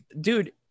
dude